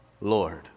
Lord